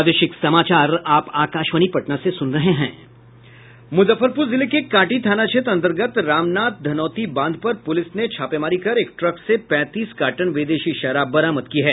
मूजफ्फरपूर जिले के कांटी थाना क्षेत्र अंतर्गत रामनाथ धनौती बांध पर पूलिस ने छापेमारी कर एक ट्रक से पैंतीस कार्ट्न विदेशी शराब बरामद की है